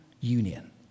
union